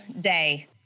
day